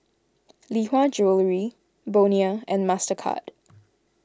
Lee Hwa Jewellery Bonia and Mastercard